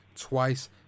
twice